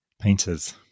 painters